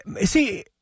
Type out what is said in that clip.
See